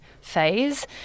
phase